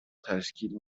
تشکیل